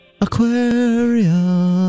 Aquarium